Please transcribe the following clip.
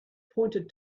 pointed